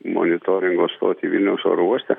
monitoringo stotį vilniaus oro uoste